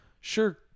sure